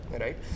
right